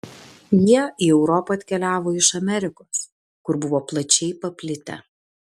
jie į europą atkeliavo iš amerikos kur buvo plačiai paplitę